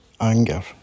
anger